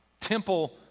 temple